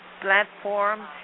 platform